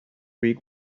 week